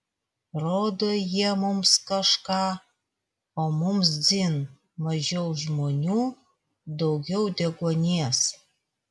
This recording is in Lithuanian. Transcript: rodo jie mums kažką o mums dzin mažiau žmonių daugiau deguonies